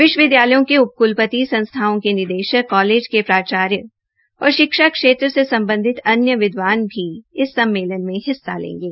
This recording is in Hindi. विश्वविद्यालयों के उप क्लपति संस्थाओं के निदेशक कालेज के प्राचार्य और शिक्षा क्षेत्र से सम्बधित अन्य विद्वान भी सम्मेलन में हिस्सा लेंगे